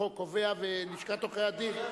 החוק קובע ולשכת עורכי-הדין,